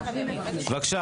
זאב,